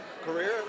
career